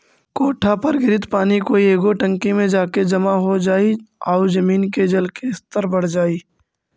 कोठा पर गिरित पानी कोई एगो टंकी में जाके जमा हो जाई आउ जमीन के जल के स्तर बढ़ जाई